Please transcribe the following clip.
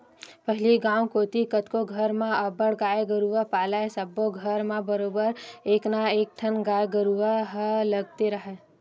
पहिली गांव कोती कतको घर म अब्बड़ गाय गरूवा पालय सब्बो घर म बरोबर एक ना एकठन गाय गरुवा ह लगते राहय